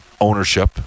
ownership